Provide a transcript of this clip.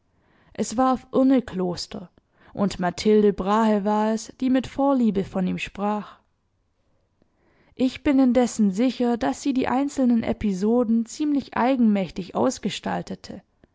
es war auf urnekloster und mathilde brahe war es die mit vorliebe von ihm sprach ich bin indessen sicher daß sie die einzelnen episoden ziemlich eigenmächtig ausgestaltete